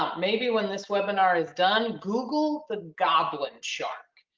um maybe when this webinar is done, google the goblin shark.